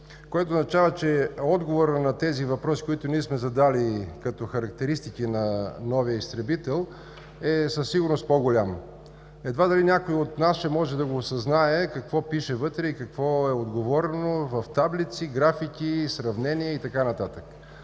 което означава, че отговорът на тези въпроси, които ние сме задали като характеристики на новия изтребител, е със сигурност по-голям. Едва ли някой от нас ще може да осъзнае какво пише вътре и какво е отговорено в таблици, графики, сравнения и така нататък.